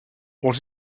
what